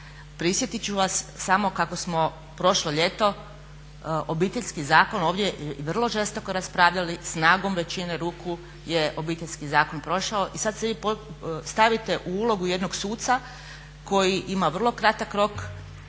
Prisjetit ću vas samo kako smo prošlo ljeto Obiteljski zakon ovdje vrlo žestoko raspravljali, snagom većine ruku je Obiteljski zakon prošao i sad se vi stavite u ulogu jednog suca koji ima vrlo kratak rok